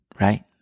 Right